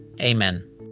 Amen